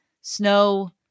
snow